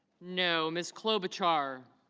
know. miss clover char